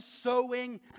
sowing